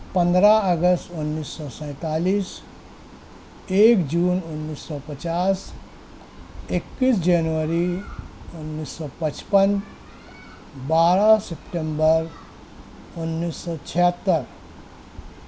پندرہ اگست اُنیس سو سینتالیس ایک جون اُنیس سو پچاس اکیس جنوری اُنیس سو پچپن بارہ سپتمبر اُنیس سو چھیہتّر